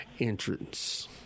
entrance